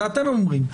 נכון, זה אתם אומרים.